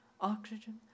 oxygen